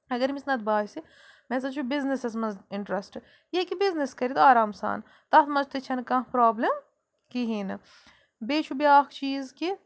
اَگر أمِس نَتہٕ باسہِ مےٚ ہسا چھُ بَزنِسَس منٛز اِنٹرٛسٹ یہِ ہیٚکہِ بِزنِس کٔرِتھ آرام سان تَتھ منٛز تہِ چھَنہٕ کانٛہہ پرٛابلِم کِہیٖنۍ نہٕ بیٚیہِ چھُ بیٛاکھ چیٖز کہِ